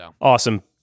Awesome